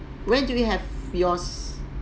when do we have yours